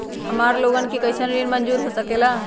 हमार लोगन के कइसन ऋण मंजूर हो सकेला?